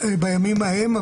בימים ההם,